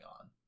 on